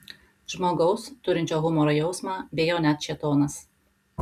žmogaus turinčio humoro jausmą bijo net šėtonas